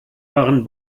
waren